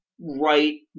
right